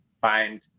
find